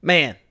Man